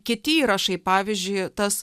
kiti įrašai pavyzdžiui tas